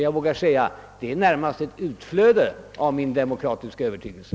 Jag vågar säga att denna inställning är ett utflöde av min demokratiska övertygelse.